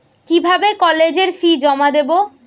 কিভাবে কলেজের ফি জমা দেবো?